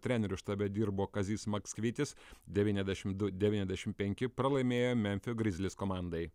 trenerių štabe dirbo kazys maksvytis devyniadešim du devyniadešim penki pralaimėjo memfio grizlis komandai